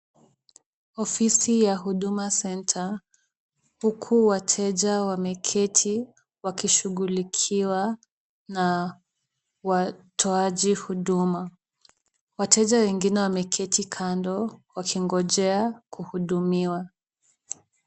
Ofisi ya Huduma Center, huku wateja wameketi wakishughulikiwa na watoaji huduma. Wateja wengine wameketi kando wakingojea kuhudumiwa.